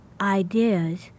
ideas